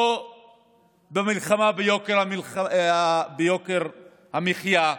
לא במלחמה ביוקר המחיה,